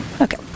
Okay